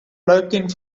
lurking